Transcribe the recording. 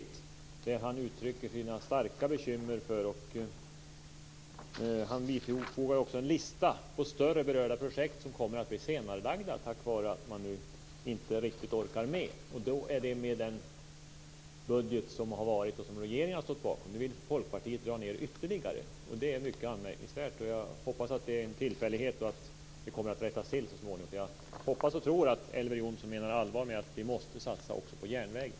Bo Bylund uttrycker att han är starkt bekymrad och bifogar en lista över större berörda projekt som kommer att bli senarelagda på grund av att man inte riktigt orkar med; detta med den budget som har varit och som regeringen har stått bakom. Nu vill Folkpartiet dra ned ytterligare, vilket verkligen är anmärkningsvärt. Jag hoppas att det är en tillfällighet och att det hela rättas till så småningom, för jag både hoppas och tror att Elver Jonsson menar allvar med sitt tal om att vi måste satsa också på järnvägen.